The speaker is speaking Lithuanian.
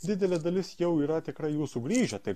didelė dalis jau yra tikrai jų sugrįžę tai